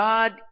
God